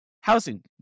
housing